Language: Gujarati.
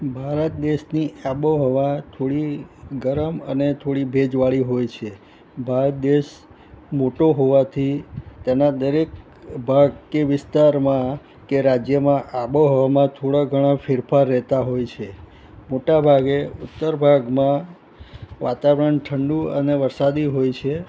ભારત દેશની આબોહવા થોડી ગરમ અને થોડી ભેજવાળી હોય છે ભારત દેશ મોટો હોવાથી તેના દરેક ભાગ કે વિસ્તારમાં કે રાજ્યમાં આબોહવામાં થોડા ઘણા ફેરફાર રહેતાં હોય છે મોટાભાગે ઉત્તર ભાગમાં વાતાવરણ ઠંડુ અને વરસાદી હોય છે